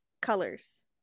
colors